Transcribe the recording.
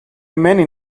many